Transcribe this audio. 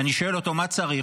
ואני שואל אותו מה צריך,